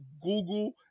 google